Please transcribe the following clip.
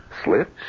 Slips